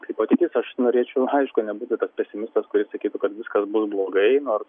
kaip ateities aš norėčiau aišku nebūti tas pesimistas kuris sakytų kad viskas bus blogai nors